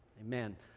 amen